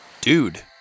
Dude